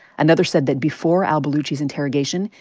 another said that before al-baluchi's interrogation,